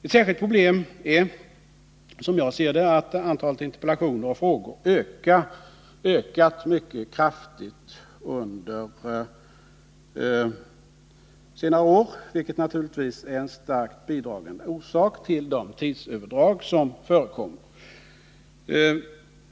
Ett särskilt problem är, som jag ser det, att antalet interpellationer och frågor ökat mycket kraftigt under senare år, vilket naturligtvis är en starkt bidragande orsak till de tidsöverdrag som förekommer.